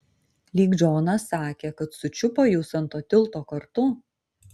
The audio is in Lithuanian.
lyg džonas sakė kad sučiupo jus ant to tilto kartu